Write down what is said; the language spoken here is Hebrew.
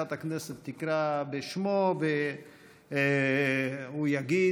מזכירת הכנסת תקרא בשמו והוא יגיד,